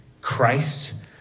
Christ